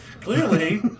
clearly